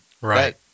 Right